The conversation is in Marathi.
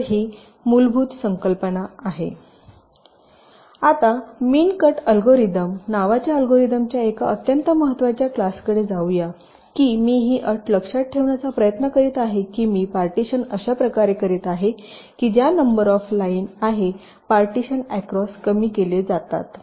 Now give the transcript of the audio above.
तर ही मूलभूत कल्पना आहे आता मिन कट अल्गोरिदम नावाच्या अल्गोरिदमच्या एका अत्यंत महत्त्वाच्या क्लासकडे जाऊ या की मी ही अट लक्षात ठेवण्याचा प्रयत्न करीत आहे की मी पार्टीशन अशा प्रकारे करीत आहे की ज्या नंबर ऑफ लाईन आहे पार्टीशन ऍक्रोस कमी केले जाते